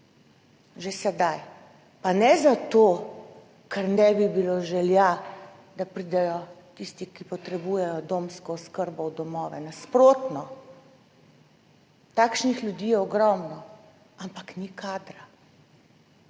že sedaj, pa ne zato, ker ne bi bilo želja, da pridejo tisti, ki potrebujejo domsko oskrbo, v domove, nasprotno, takšnih ljudi je ogromno, ampak ni kadra,